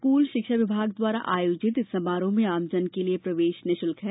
school शिक्षा विभाग द्वारा आयोजित इस समारोह में आमजन के लिये प्रवेश निःशुल्क है